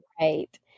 Right